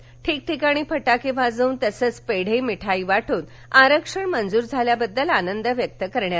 राज्यात ठिकठिकाणी फटाके वाजवून तसंच पेढे मिठाई वाटून आरक्षण मंजूर झाल्याबद्दल आनंद व्यक्त करण्यात आला